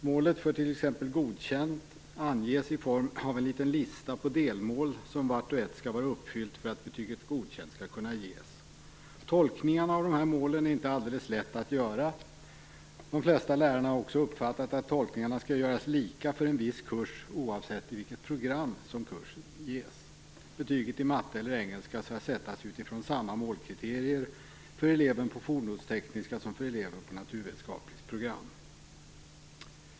Målet för t.ex. Godkänd anges i form av en liten lista på delmål som vart och ett skall vara uppfyllt för att betyget Godkänd skall kunna ges. Tolkningen av de här målen är inte alldeles lätt att göra. De flesta lärare har också uppfattat att tolkningarna skall göras lika för en viss kurs oavsett i vilket program kursen ges. Betyget i matte eller engelska skall sättas utifrån samma målkriterier för eleven på fordonstekniskt som för eleven på naturvetenskapligt program.